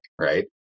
Right